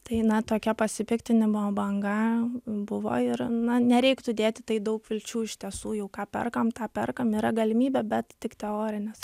tai na tokia pasipiktinimo banga buvo ir na nereiktų dėt į tai daug vilčių iš tiesų jau ką perkam tą perkam yra galimybė bet tik teorinės